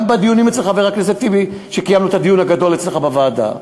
גם בדיונים אצל חבר הכנסת טיבי, כשקיימנו את הדיון הגדול אצלך בוועדה.